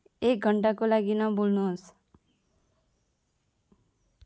एक घन्टाको लागि नबोल्नुहोस्